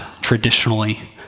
traditionally